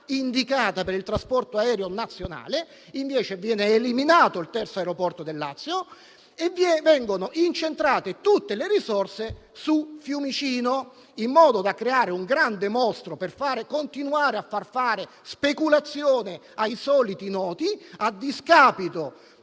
indicata dal piano realizzato nel 2012. Invece viene eliminato il terzo aeroporto del Lazio e vengono incentrate tutte le risorse su Fiumicino, in modo da creare un grande mostro per continuare a permettere speculazioni ai soliti noti, a discapito